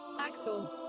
Axel